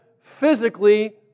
physically